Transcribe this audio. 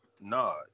nod